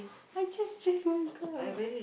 I just drink one cup